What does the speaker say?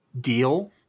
deal